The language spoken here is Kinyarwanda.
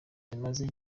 zimaze